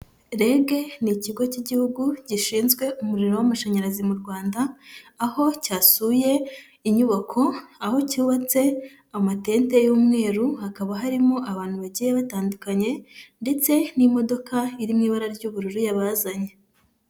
REG ni ikigo cy'igihugu gishinzwe umuriro w'amashanyarazi mu Rwanda, aho cyasuye inyubako, aho cyubatse amatente y'umweru hakaba harimo abantu bagiye batandukanye, ndetse n'imodoka iri mu ibara ry'ubururu yabazanye.